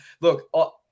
look